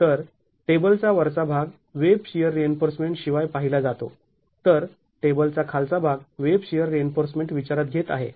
तर टेबलचा वरचा भाग वेब शिअर रिइन्फोर्समेंट शिवाय पाहिला जातो तर टेबलचा खालचा भाग वेब शिअर रिइन्फोर्समेंट विचारात घेत आहे